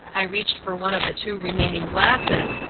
i reached for one of the two remaining glasses,